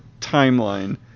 timeline